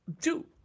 two